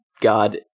God